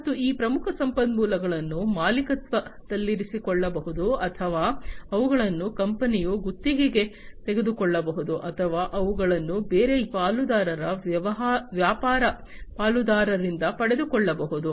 ಮತ್ತು ಈ ಪ್ರಮುಖ ಸಂಪನ್ಮೂಲಗಳನ್ನು ಮಾಲೀಕತ್ವದಲ್ಲಿರಿಸಿಕೊಳ್ಳಬಹುದು ಅಥವಾ ಅವುಗಳನ್ನು ಕಂಪನಿಯು ಗುತ್ತಿಗೆಗೆ ತೆಗೆದುಕೊಳ್ಳಬಹುದು ಅಥವಾ ಅವುಗಳನ್ನು ಬೇರೆ ಪಾಲುದಾರರ ವ್ಯಾಪಾರ ಪಾಲುದಾರರಿಂದ ಪಡೆದುಕೊಳ್ಳಬಹುದು